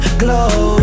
glow